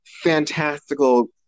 fantastical